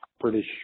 British